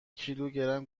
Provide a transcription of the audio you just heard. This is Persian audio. کیلوگرم